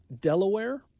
Delaware